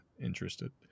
interested